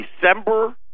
December